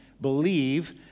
believe